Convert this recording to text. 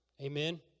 Amen